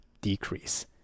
decrease